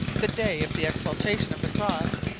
the day of the exaltation of the cross,